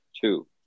two